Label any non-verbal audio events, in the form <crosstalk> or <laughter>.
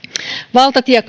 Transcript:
valtatie <unintelligible>